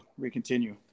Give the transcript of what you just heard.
recontinue